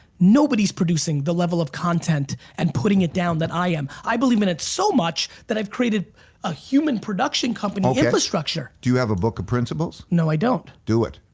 nobody's producing the level of content and putting it down than i am. i believe in it so much that i've created a human production company infrastructure. do you have a book of principles? no i don't. do it.